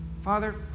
Father